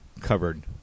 covered